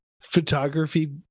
photography